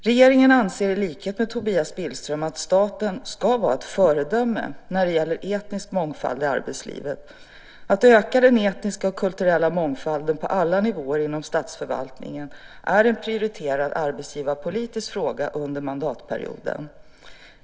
Regeringen anser i likhet med Tobias Billström att staten ska vara ett föredöme när det gäller etnisk mångfald i arbetslivet. Att öka den etniska och kulturella mångfalden på alla nivåer inom statsförvaltningen är en prioriterad arbetsgivarpolitisk fråga under mandatperioden.